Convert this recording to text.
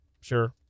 sure